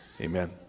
Amen